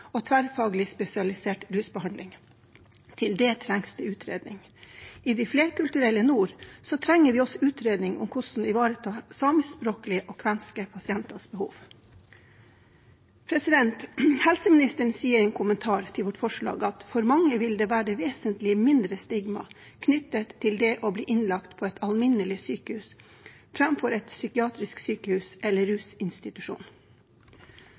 og tverrfaglig spesialisert rusbehandling. Til det trengs en utredning. I det flerkulturelle nord trenger vi også en utredning om hvordan vi ivaretar samiskspråklige og kvenske pasienters behov. Helseministeren sier i en kommentar til vårt forslag at for mange vil det være vesentlig mindre stigma knyttet til det å bli innlagt på et alminnelig sykehus framfor et psykiatrisk sykehus eller en rusinstitusjon.